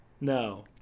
No